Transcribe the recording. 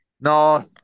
No